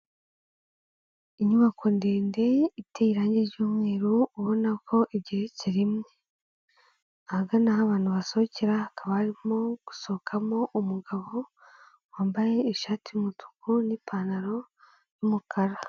Inyubako ndende iteye irangi ry'umweru, ubona ko igeretse rimwe. Ahagana aho abantu basohokera hakaba harimo gusohokamo umugabo wambaye ishati y'umutuku n'ipantaro y'umukara.